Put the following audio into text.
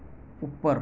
ઉપર